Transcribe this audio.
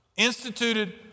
Instituted